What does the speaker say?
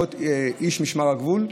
זה יכול להיות איש משמר הגבול,